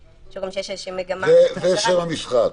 זה שם המשחק.